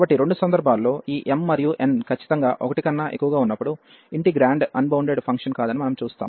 కాబట్టి రెండు సందర్భాల్లో ఈ m మరియు n ఖచ్చితంగా 1 కన్నా ఎక్కువగా ఉన్నప్పుడు ఇంటిగ్రేండ్ అన్బౌండెడ్ ఫంక్షన్ కాదని మనం చూస్తాము